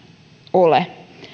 ole